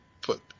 put